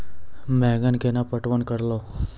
बैंगन केना पटवन करऽ लो?